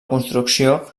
construcció